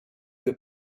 que